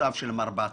יכולותיו של מר בצרי.